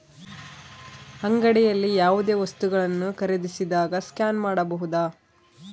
ಅಂಗಡಿಯಲ್ಲಿ ಯಾವುದೇ ವಸ್ತುಗಳನ್ನು ಖರೇದಿಸಿದಾಗ ಸ್ಕ್ಯಾನ್ ಮಾಡಬಹುದಾ?